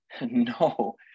No